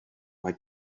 mae